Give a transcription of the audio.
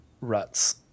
ruts